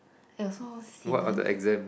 !aiyo! so sian one